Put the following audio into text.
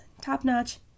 top-notch